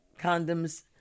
condoms